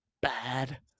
bad